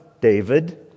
David